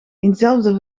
eenzelfde